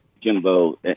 Jimbo